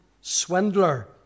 swindler